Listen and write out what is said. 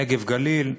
נגב-גליל,